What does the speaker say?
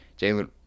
Jalen